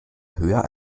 höher